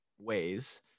ways